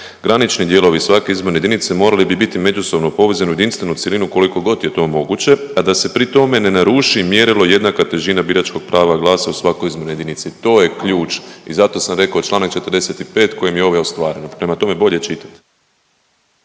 „granični dijelovi svake izborne jedinice morali bi biti međusobno povezani u jedinstvenu cjelinu kolikogod je to moguće, a da se pri tome ne naruši mjerilo i jednaka težina biračkog prava glasa u svakoj izbornoj jedinici“, to je ključ i zato sam reko čl. 45. kojim je ovo ostvareno. Prema tome, bolje čitajte.